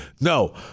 No